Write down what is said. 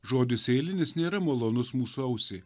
žodis eilinis nėra malonus mūsų ausiai